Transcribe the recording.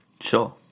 Sure